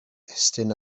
estyn